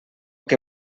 que